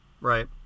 Right